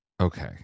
Okay